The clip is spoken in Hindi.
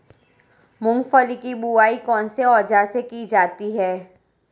मूंगफली की बुआई कौनसे औज़ार से की जाती है?